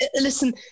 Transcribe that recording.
Listen